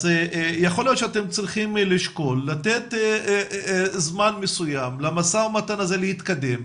אז יכול להיות שאתם צריכים לשקול לתת זמן מסוים למשא ומתן הזה להתקדם,